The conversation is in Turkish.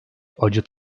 acı